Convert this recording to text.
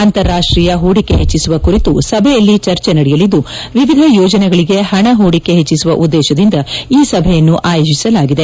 ಅಂತಾರಾಷ್ಷೀಯ ಹೂಡಿಕೆ ಹೆಚ್ಚಿಸುವ ಕುರಿತು ಸಭೆಯಲ್ಲಿ ಚರ್ಚೆ ನಡೆಯಲಿದ್ದು ವಿವಿಧ ಯೋಜನೆಗಳಗೆ ಪಣ ಹೂಡಿಕೆ ಹೆಚ್ಚಿಸುವ ಉದ್ಗೇಶದಿಂದ ಈ ಸಭೆಯನ್ನು ಆಯೋಜಿಸಲಾಗಿದೆ